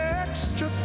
extra